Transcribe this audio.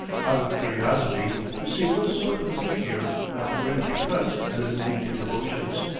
out of curiosity, to see what sort of a figure a ferenghi cuts at his evening devotions.